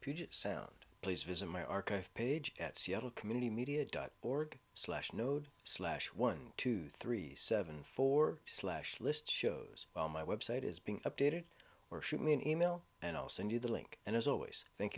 puget sound please visit my archive page at seattle community media dot org slash node slash one two three seven four slash list shows well my website is being updated or shoot me an email and i'll send you the link and as always thank